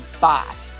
Boss